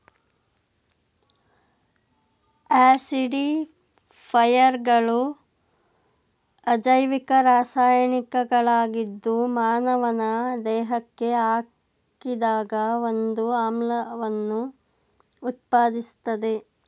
ಆಸಿಡಿಫೈಯರ್ಗಳು ಅಜೈವಿಕ ರಾಸಾಯನಿಕಗಳಾಗಿದ್ದು ಮಾನವನ ದೇಹಕ್ಕೆ ಹಾಕಿದಾಗ ಒಂದು ಆಮ್ಲವನ್ನು ಉತ್ಪಾದಿಸ್ತದೆ